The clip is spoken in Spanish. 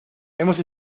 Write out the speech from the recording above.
hemos